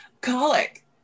colic